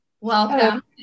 welcome